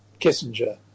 Kissinger